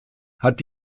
hat